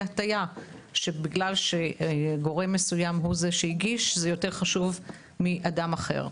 הטעייה בגלל שגורם מסוים שהגיש זה יותר חשוב מאדם אחר,